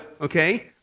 okay